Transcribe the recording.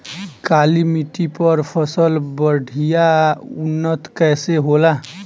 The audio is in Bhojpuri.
काली मिट्टी पर फसल बढ़िया उन्नत कैसे होला?